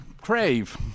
Crave